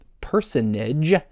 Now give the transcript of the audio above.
personage